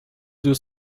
deux